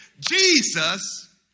Jesus